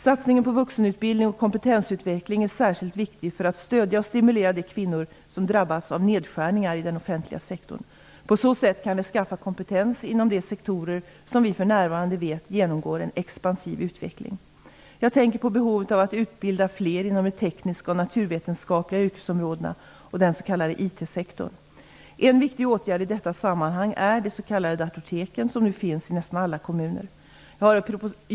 Satsningen på vuxenutbildning och kompetensutveckling är särskilt viktig för att stödja och stimulera de kvinnor som drabbas av nedskärningar i den offentliga sektorn. På så sätt kan de skaffa kompetens inom de sektorer som vi för närvarande vet genomgår en expansiv utveckling. Jag tänker på behovet av att utbilda fler inom de tekniska och naturvetenskapliga yrkesområdena och den s.k. IT-sektorn. En viktig åtgärd i detta sammanhang är de s.k. datorteken som nu finns i nästan alla kommuner.